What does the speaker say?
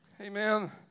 Amen